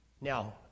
Now